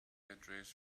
address